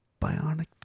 Bionic